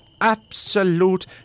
absolute